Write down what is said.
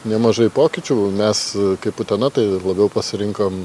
nemažai pokyčių mes kaip utena tai labiau pasirinkom